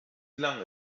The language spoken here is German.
lange